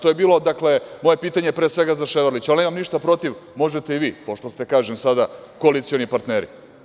Dakle, to je bilo moje pitanje, pre svega, za Ševarlića, ali nemam ništa protiv, možete i vi, pošto ste sada koalicioni partneri.